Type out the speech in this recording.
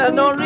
no